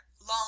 long